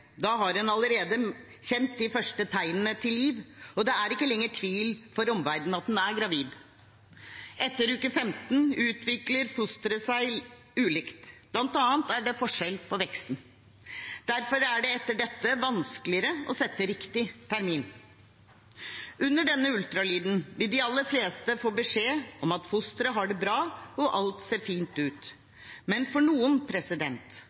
Da har man allerede kjent de første tegnene til liv, og omverdenen er ikke lenger i tvil om at man er gravid. Etter uke 15 utvikler fostre seg ulikt, bl.a. er det forskjell på veksten. Derfor er det etter dette vanskeligere å sette riktig termin. Under denne ultralyden vil de aller fleste få beskjed om at fosteret har det bra, og alt ser fint ut. Men for noen